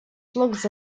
slugs